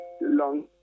long